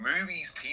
movies